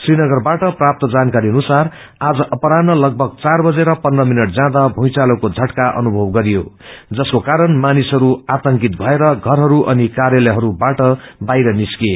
श्रीनगरबाट प्रास्त जानकारी अनुसार आज अपरान्ह लगभग चार बजेर पन्म्र मिनट जाँदा भूइचालोको झटका अनुभव गरियो जसको कारण मानिसहरू आतंकित भएर धरहरू अनि र्कायलहरूबाट बाहिर निरिकए